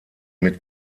mit